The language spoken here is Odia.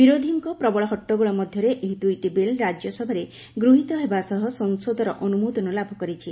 ବିରୋଧୀଙ୍କ ପ୍ରବଳ ହଟଗୋଳ ମଧ୍ୟରେ ଏହି ଦୁଇଟି ବିଲ୍ ରାଜ୍ୟ ସଭାରେ ଗୃହୀତ ହେବା ସହ ସଂସଦର ଅନୁମୋଦନ ଲାଭ କରିଛି